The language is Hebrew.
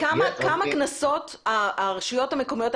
כמה קנסות הרשויות המקומיות,